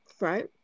right